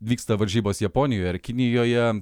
vyksta varžybos japonijoj ar kinijoje